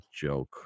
joke